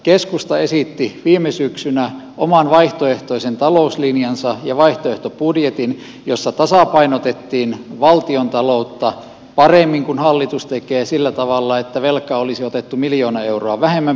keskusta esitti viime syksynä oman vaihtoehtoisen talouslinjansa ja vaihtoehtobudjetin jossa tasapainotettiin valtiontaloutta paremmin kuin hallitus tekee sillä tavalla että velkaa olisi otettu miljoona euroa vähemmän päivässä